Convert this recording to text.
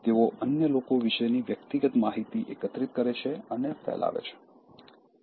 તેઓ અન્ય લોકો વિશેની વ્યક્તિગત માહિતી એકત્રિત કરે છે અને ફેલાવે છે